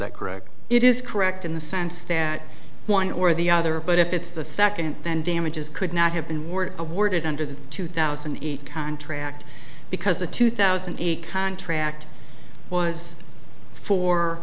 that correct it is correct in the sense that one or the other but if it's the second then damages could not have been were awarded under the two thousand and eight contract because the two thousand a contract was for